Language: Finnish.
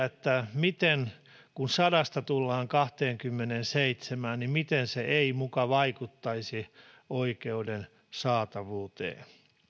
että kun sadasta tullaan kahteenkymmeneenseitsemään niin miten se ei muka vaikuttaisi oikeuden saatavuuteen